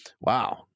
wow